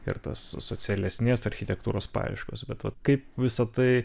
ir tas socialesnės architektūros paieškos be vat kaip visa tai